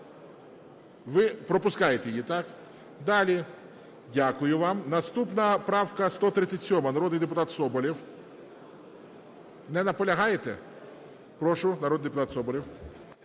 Ви пропускаєте її, так? Далі. Дякую вам. Наступна правка 137, народний депутат Соболєв. Не наполягаєте? Прошу, народний депутат Соболєв.